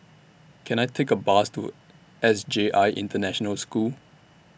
Can I Take A Bus to S J I International School